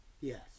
Yes